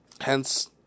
hence